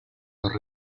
los